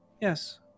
yes